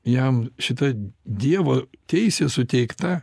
jam šita dievo teisė suteikta